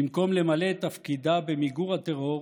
במקום למלא את תפקידה במיגור הטרור